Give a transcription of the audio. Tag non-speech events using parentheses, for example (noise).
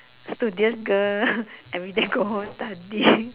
studious girl (laughs) everyday go home study (laughs)